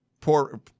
poor